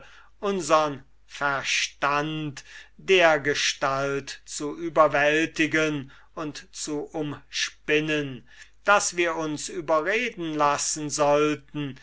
unsern verstand dergestalt zu überwältigen und zu umspinnen daß wir uns überreden lassen sollten